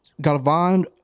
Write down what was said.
Galvan